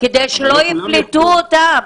כדי שלא יפלטו אותם.